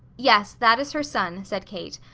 yes, that is her son, said kate.